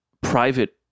private